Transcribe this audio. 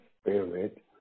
spirit